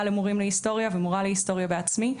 למורים להיסטוריה ומורה להיסטוריה בעצמי,